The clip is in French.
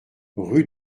rue